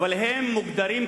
אבל מוגדרים "עקורים",